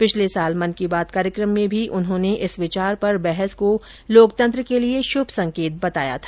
पिछले साल मन की बात कार्यक्रम में भी उन्होंने इस विचार पर बहस को लोकतंत्र के लिए शुभ संकेत बताया था